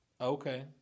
Okay